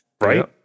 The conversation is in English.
Right